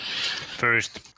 First